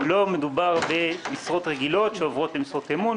לא מדובר במשרות רגילות שעוברות למשרות אמון.